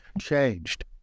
changed